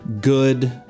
good